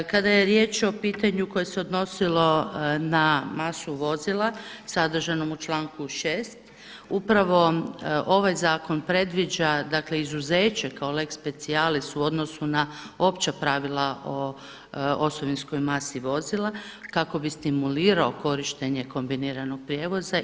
Kada je riječ o pitanju koje se odnosilo na masu vozila sadržanom u članku 6. upravo ovaj zakon predviđa dakle izuzeće kao lex specialis u odnosu na opća pravila o osovinskoj masi vozila kako bi stimulirao korištenje kombiniranog prijevoza.